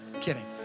kidding